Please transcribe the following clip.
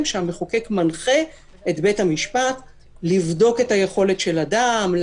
שהמחוקק מנחה את בית המשפט לבדוק את היכולת של אדם,